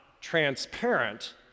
transparent